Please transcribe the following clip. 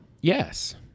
Yes